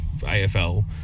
AFL